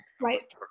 Right